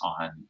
on